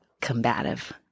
combative